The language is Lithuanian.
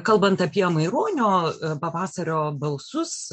kalbant apie maironio pavasario balsus